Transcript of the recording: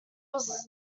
was